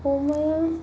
अमाया